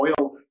oil